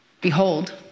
Behold